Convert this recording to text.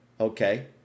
okay